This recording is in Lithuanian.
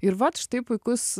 ir vat štai puikus